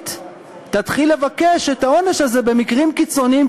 הצבאית תתחיל לבקש את העונש הזה במקרים קיצוניים,